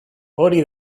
hori